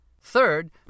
Third